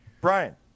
Brian